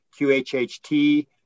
QHHT